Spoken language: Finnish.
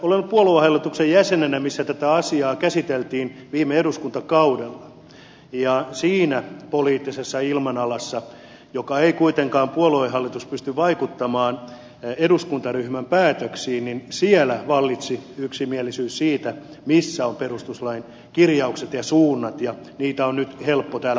olen ollut puoluehallituksen jäsenenä kun tätä asiaa käsiteltiin viime eduskuntakaudella ja siinä poliittisessa ilmanalassa jossa ei kuitenkaan puoluehallitus pysty vaikuttamaan eduskuntaryhmän päätöksiin siellä vallitsi yksimielisyys siitä missä ovat perustuslain kirjaukset ja suunnat ja niitä on nyt helppo täällä puolustaa